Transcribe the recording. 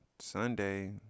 Sunday